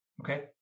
Okay